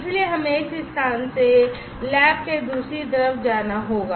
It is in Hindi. इसलिए हमें इस स्थान से लैब के दूसरी तरफ जाना होगा